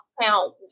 count